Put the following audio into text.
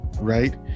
right